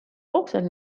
hoogsalt